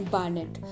Barnett